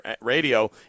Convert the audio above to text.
radio